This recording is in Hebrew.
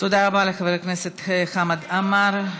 תודה רבה לחבר הכנסת חמד עמאר.